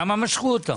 למה משכו אותה?